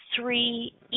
three